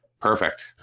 perfect